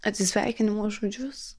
atsisveikinimo žodžius